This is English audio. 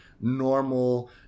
normal